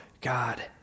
God